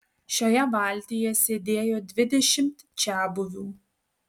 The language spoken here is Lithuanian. šioje valtyje sėdėjo dvidešimt čiabuvių